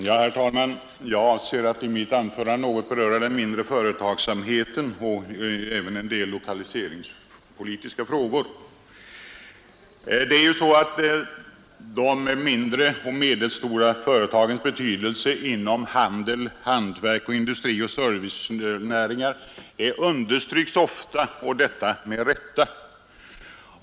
Herr talman! Jag avser att i mitt anförande något beröra den mindre företagsamheten och även en del lokaliseringspolitiska frågor. De mindre och medelstora företagens betydelse inom handel, hantverk, industri och servicenäringar understryks ofta och detta med rätta.